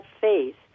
faith